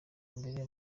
mbere